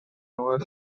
was